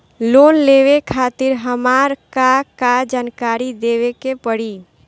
Loan लेवे खातिर हमार का का जानकारी देवे के पड़ी?